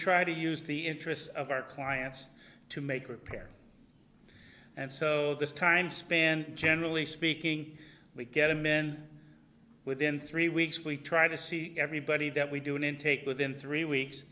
try to use the interests of our clients to make repairs and so this time span generally speaking we get a men within three weeks we try to see everybody that we do an intake within three weeks